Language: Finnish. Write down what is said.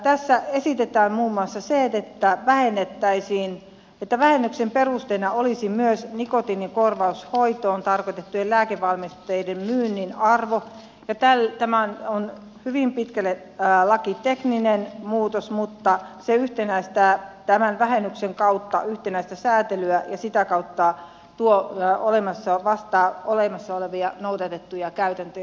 tässä esitetään muun muassa sitä että vähennyksen perusteena olisi myös nikotiinikorvaushoitoon tarkoitettujen lääkevalmisteiden myynnin arvo ja tämä on hyvin pitkälle lakitekninen muutos mutta se yhtenäistää tämän vähennyksen kautta yhtenäistä säätelyä ja sitä kautta vastaa olemassa olevia noudatettuja käytäntöjä